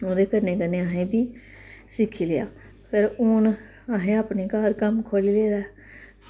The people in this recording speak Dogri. ओह्दे कन्नै कन्नै असें बी सिक्खी लेआ ते हून असें अपने घर कम्म खोल्ले दा